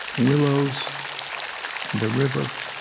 willows and the river